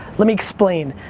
let me explain,